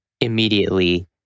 immediately